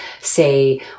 say